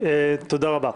תודה רבה.